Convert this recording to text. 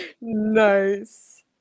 nice